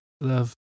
love